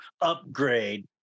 upgrade